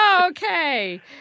Okay